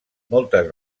moltes